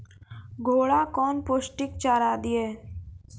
घोड़ा कौन पोस्टिक चारा दिए?